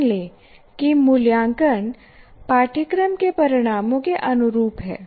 मान लें कि मूल्यांकन पाठ्यक्रम के परिणामों के अनुरूप है